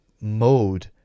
mode